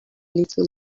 little